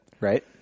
Right